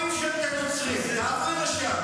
למרות הרגשת הכוח, זה לא בידיים שלך.